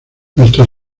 nuestra